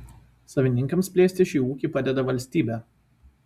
savininkams plėsti šį ūkį padeda valstybė